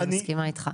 אני מסכימה איתך.